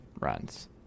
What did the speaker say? runs